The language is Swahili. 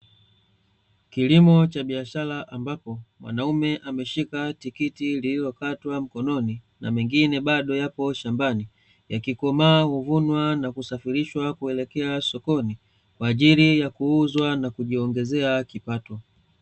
Kilimo cha biashara ambapo, mwanaume ameshika tikiti lililokatwa mkononi na mengine bado yapo shambani. Yakikomoa huvunwa na kusafirishwa kuelekea sokoni, kwa ajili ya kuuzwa na kujiongezea kipato.